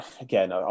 again